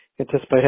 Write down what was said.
anticipate